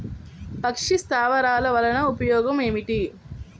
పక్షి స్థావరాలు వలన ఉపయోగం ఏమిటి?